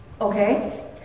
Okay